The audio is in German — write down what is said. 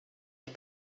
ich